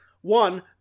one